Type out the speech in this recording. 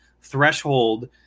threshold